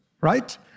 right